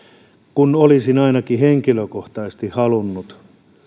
kun olisin ainakin henkilökohtaisesti halunnut